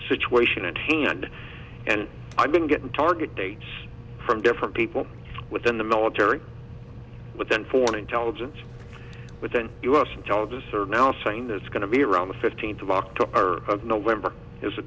situation at hand and i've been getting target dates from different people within the military but then foreign intelligence but then u s intelligence are now saying it's going to be around the fifteenth of october and november has a